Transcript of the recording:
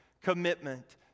commitment